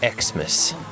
Xmas